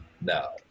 no